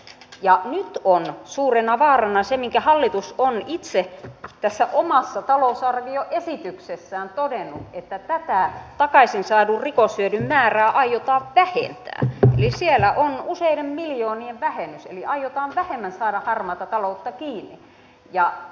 ja nyt on suurena vaarana se minkä hallitus on itse tässä omassa talousarvioesityksessään todennut että tätä takaisin saadun rikoshyödyn määrää aiotaan vähentää siellä on useiden miljoonien vähennys eli aiotaan vähemmän saada harmaata taloutta kiinni